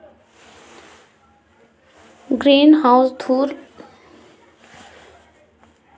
greenhouse धूल आर बर्फ के तूफान से पौध के ढाल बनय हइ